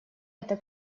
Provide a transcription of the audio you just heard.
это